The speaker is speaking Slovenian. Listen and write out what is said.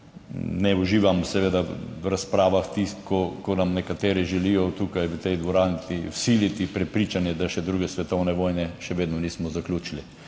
Ne uživam seveda v razpravah, ko nam nekateri želijo tukaj v tej dvorani vsiliti prepričanje, da še druge svetovne vojne še vedno nismo zaključili,